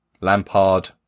Lampard